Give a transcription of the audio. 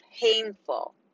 painful